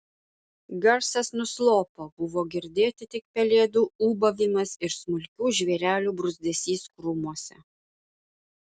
garsas nuslopo buvo girdėti tik pelėdų ūbavimas ir smulkių žvėrelių bruzdesys krūmuose